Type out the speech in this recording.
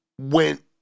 went